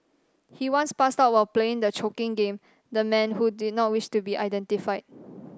he once passed out while playing the choking game the man who did not wish to be identified